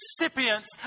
recipients